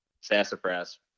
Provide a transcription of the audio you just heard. Sassafras